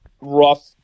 rough